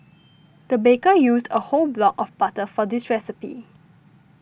the baker used a whole block of butter for this recipe